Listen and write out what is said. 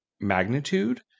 magnitude